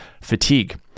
fatigue